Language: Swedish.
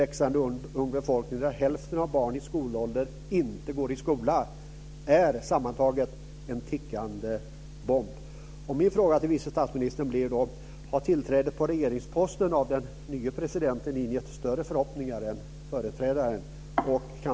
Landet har en ung befolkning, och hälften av barnen i skolåldern går inte i skola. Detta är en tickande bomb. Min fråga till vice statsministern är om den nye presidenten inger större förhoppningar än vad företrädaren gjorde.